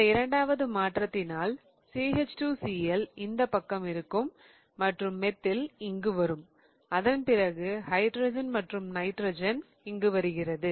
இந்த இரண்டாவது மாற்றத்தினால் CH2Cl இந்த பக்கம் இருக்கும் மற்றும் மெத்தில் இங்கு வரும் அதன்பிறகு ஹைட்ரஜன் மற்றும் நைட்ரஜன் வருகிறது